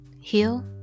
heal